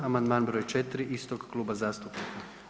Amandman br. 4 istog kluba zastupnika.